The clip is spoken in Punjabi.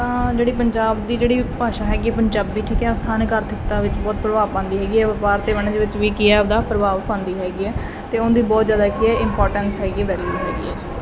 ਤਾਂ ਜਿਹੜੀ ਪੰਜਾਬ ਦੀ ਜਿਹੜੀ ਭਾਸ਼ਾ ਹੈਗੀ ਪੰਜਾਬੀ ਠੀਕ ਹੈ ਸਥਾਨਕ ਆਰਥਿਕਤਾ ਵਿੱਚ ਬਹੁਤ ਪ੍ਰਭਾਵ ਪਾਉਂਦੀ ਹੈਗੀ ਹੈ ਵਪਾਰ ਅਤੇ ਵਣਜ ਵਿੱਚ ਵੀ ਕੀ ਹੈ ਆਪਦਾ ਪ੍ਰਭਾਵ ਪਾਉਂਦੀ ਹੈਗੀ ਹੈ ਅਤੇ ਉਹਨਾਂ ਦੀ ਬਹੁਤ ਜ਼ਿਆਦਾ ਇੱਥੇ ਇੰਮਪੋਰਟੈਂਸ ਹੈਗੀ ਵੈਲਿਊ ਹੈਗੀ ਆ ਜੀ